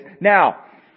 now